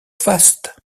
faste